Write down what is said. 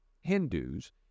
Hindus